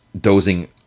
dozing